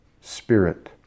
spirit